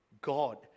God